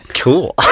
cool